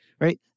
right